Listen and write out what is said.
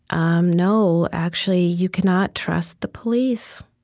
um no, actually, you cannot trust the police.